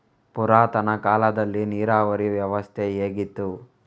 ಪುರಾತನ ಕಾಲದಲ್ಲಿ ನೀರಾವರಿ ವ್ಯವಸ್ಥೆ ಹೇಗಿತ್ತು?